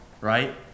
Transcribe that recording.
right